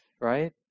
right